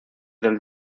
del